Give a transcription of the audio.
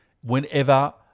whenever